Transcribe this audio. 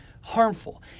harmful